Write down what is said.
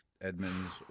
Edmonds